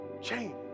chain